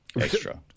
extra